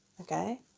okay